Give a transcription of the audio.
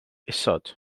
isod